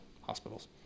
hospitals